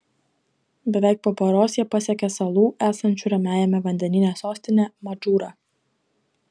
beveik po paros jie pasiekė salų esančių ramiajame vandenyne sostinę madžūrą